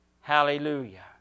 Hallelujah